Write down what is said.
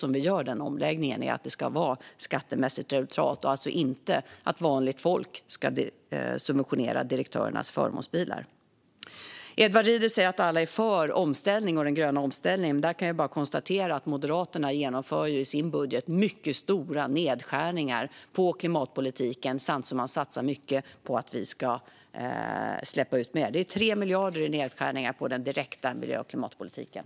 Därför gör vi denna omläggning så att vanligt folk inte ska subventionera direktörernas förmånsbilar. Edward Riedl säger att alla är för den gröna omställningen. Men i sin budget gör Moderaterna mycket stora nedskärningar på klimatpolitiken samtidigt som de satsar mycket på att det ska släppas ut mer. Det handlar om 3 miljarder i nedskärningar på den direkta miljö och klimatpolitiken.